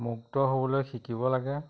মুক্ত হ'বলৈ শিকিব লাগে